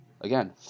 Again